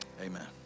Amen